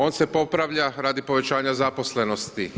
On se popravlja radi povećanja zaposlenosti.